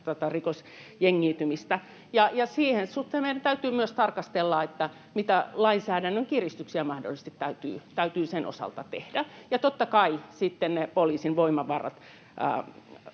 rikosjengiytymistä. Sen suhteen meidän täytyy tarkastella myös, mitä lainsäädännön kiristyksiä mahdollisesti täytyy sen osalta tehdä, ja totta kai täytyy sitten ne poliisin voimavarat